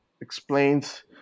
explains